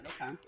okay